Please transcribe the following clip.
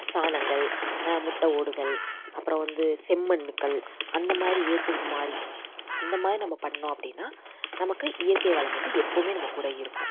சாணங்கள் முட்டை ஓடுகள் அப்புறம் வந்து செம்மண்கள் அந்த மாதிரி ஏற்றதுக்கு மாதிரி அந்த மாதிரி நம்ம பண்ணிணோம் அப்படினா நமக்கு இயற்கை வளம் வந்து எப்பவுமே நம்ம கூட இருக்கும்